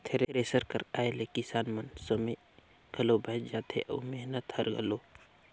thresher कर आए ले किसान कर समे घलो बाएच जाथे अउ मेहनत हर घलो